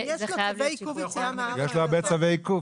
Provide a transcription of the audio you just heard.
יש לו הרבה צווי עיכוב.